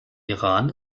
iran